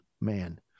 man